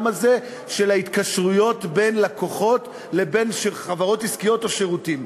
הזה של ההתקשרויות בין לקוחות לבין חברות עסקיות או שירותים.